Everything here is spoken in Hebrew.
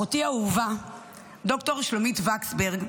אחותי האהובה ד"ר שלומית וקסברג,